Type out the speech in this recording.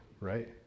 right